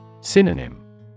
Synonym